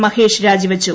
മഹേഷ് രാജിവച്ചു